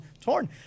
Torn